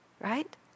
right